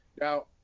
Now